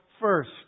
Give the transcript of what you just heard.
first